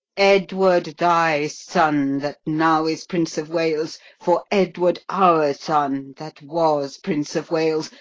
edward thy son, that now is prince of wales, for edward our son, that was prince of wales,